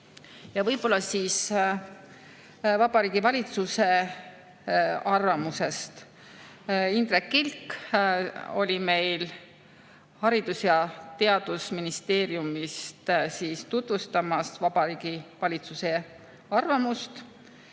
Ja võib-olla siis Vabariigi Valitsuse arvamusest. Indrek Kilk Haridus‑ ja Teadusministeeriumist oli meil tutvustamas Vabariigi Valitsuse arvamust.